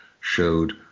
showed